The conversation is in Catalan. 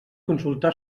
consultar